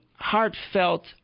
Heartfelt